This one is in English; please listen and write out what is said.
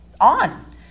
on